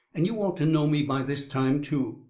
and you ought to know me by this time, too.